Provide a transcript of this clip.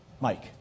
Mike